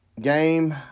game